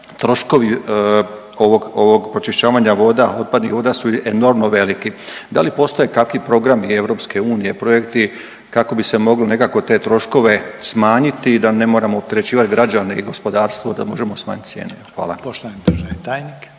troškovi ovog pročišćavanja voda, otpadnih voda su enormno veliki. Da li postoje kakvi programi EU, projekti kako bi se moglo nekako te troškove smanjiti da ne moramo opterećivati građane i gospodarstvo, da možemo smanjiti cijene? Hvala. **Reiner, Željko